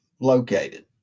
located